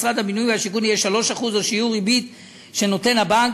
משרד הבינוי והשיכון יהיה 3% או שיעור הריבית שנותן הבנק.